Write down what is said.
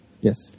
Yes